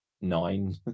nine